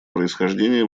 происхождения